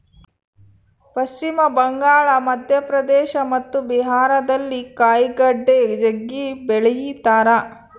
ಪಶ್ಚಿಮ ಬಂಗಾಳ, ಮಧ್ಯಪ್ರದೇಶ ಮತ್ತು ಬಿಹಾರದಲ್ಲಿ ಕಾಯಿಗಡ್ಡೆ ಜಗ್ಗಿ ಬೆಳಿತಾರ